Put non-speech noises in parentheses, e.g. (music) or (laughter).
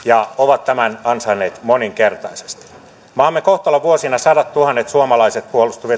(unintelligible) ja ovat tämän ansainneet moninkertaisesti maamme kohtalon vuosina sadattuhannet suomalaiset